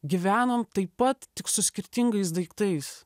gyvenom taip pat tik su skirtingais daiktais